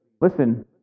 listen